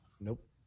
Nope